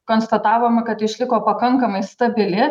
konstatavom kad išliko pakankamai stabili